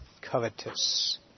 covetous